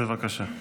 בבקשה.